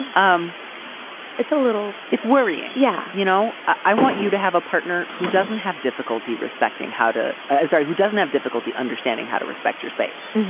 and um it's a little it's worrying. yeah. you know, i want you to have a partner who doesn't have difficulty respecting how to azari, who doesn't have difficulty understanding how to respect your space.